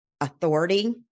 authority